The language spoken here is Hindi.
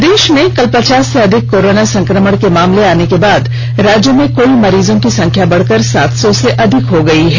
प्रदेष में कल पचास से अधिक कोरोना संक्रमण के मामले आने के बाद राज्य में कुल मरीजों की संख्या बढ़कर सात सौ से अधिक हो गई है